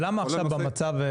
ולמה עכשיו במצב,